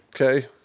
Okay